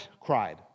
cried